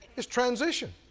it's transition.